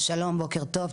שלום, בוקר טוב.